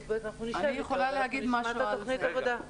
אנחנו נשב אתו ואנחנו נשמע את תכנית העבודה.